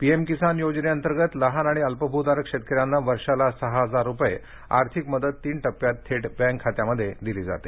PM Kisan योजनेअंतर्गत लहान आणि अल्पभूधारक शेतकऱ्यांना वर्षाला सहा हजार रुपये आर्थिक मदत तीन टप्प्यात थेट बँक खात्यात दिली जाते